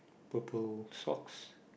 purple socks